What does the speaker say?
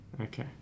Okay